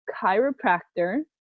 chiropractor